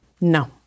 No